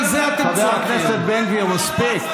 חבר הכנסת בן גביר, מספיק.